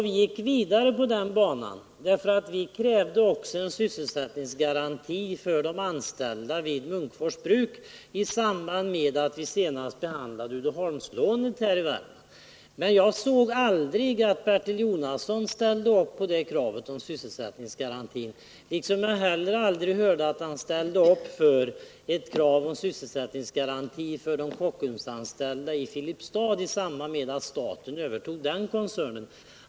Vi gick vidare på den vägen och krävde också en sysselsättningsgaranti för de anställda vid Munkfors Bruk i samband med att vi senast behandlade Uddeholmslånet. Men jag såg aldrig att Bertil Jonasson ställde upp för detta krav på sysselsättningsgaranti, och jag såg heller aldrig att han ställde upp för ett krav på sysselsättningsgaranti för anställda vid Kockums i Filipstad i samband med att staten övertog den koncernen.